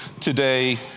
today